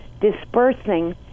dispersing